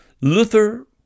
Luther